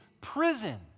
prison